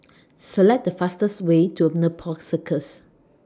Select The fastest Way to Nepal Circus